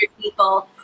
people